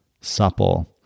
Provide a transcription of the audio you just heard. supple